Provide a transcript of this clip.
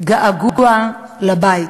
"געגוע לבית".